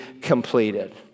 completed